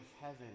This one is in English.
heaven